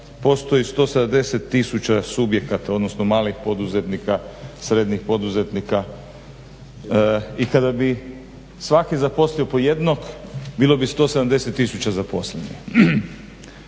postoji 170 tisuća subjekata odnosno malih i srednjih poduzetnika i kada bi svaki zaposlio po jednog bilo bi 170 tisuća zaposlenih.